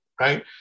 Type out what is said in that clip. right